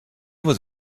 was